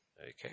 Okay